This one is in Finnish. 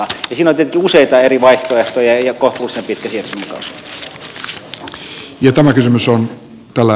siinä on tietenkin useita eri vaihtoehtoja ja kohtuullisen pitkä siirtymäkausi